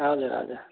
हजुर हजुर